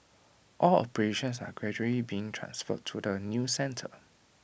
all operations are gradually being transferred to the new centre